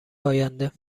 آینده